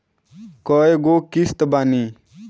कय गो किस्त बानी?